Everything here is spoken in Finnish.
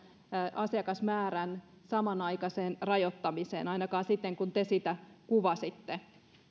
asiakasmäärän samanaikaiseen rajoittamiseen ainakaan siten kuin te sitä kuvasitte